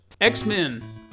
X-Men